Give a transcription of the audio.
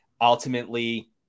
ultimately –